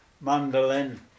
mandolin